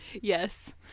Yes